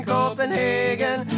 Copenhagen